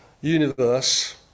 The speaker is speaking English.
universe